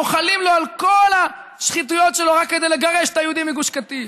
מוחלים לו על כל השחיתויות שלו רק כדי לגרש את היהודים מגוש קטיף.